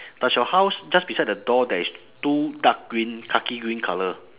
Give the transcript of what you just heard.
does your house just beside the door there is two dark green khaki green colour